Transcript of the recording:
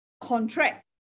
contract